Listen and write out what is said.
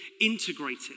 integrated